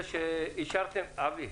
אבי,